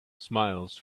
smiles